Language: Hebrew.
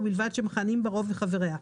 ובלבד שמכהנים בה רוב חבריה.